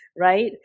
Right